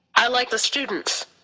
i like the students.